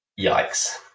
yikes